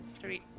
three